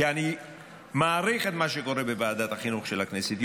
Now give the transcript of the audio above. כי אני מעריך את מה שקורה בוועדת החינוך של הכנסת.